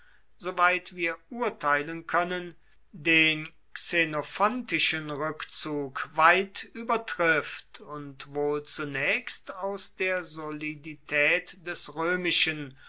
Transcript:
soweit wir urteilen können den xenophontischen rückzug weit übertrifft und wohl zunächst aus der solidität des römischen